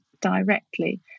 directly